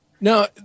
Now